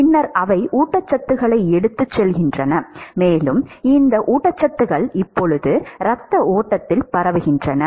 பின்னர் அவை ஊட்டச்சத்துக்களை எடுத்துச் செல்கின்றன மேலும் இந்த ஊட்டச்சத்துக்கள் இப்போது இரத்த ஓட்டத்தில் பரவுகின்றன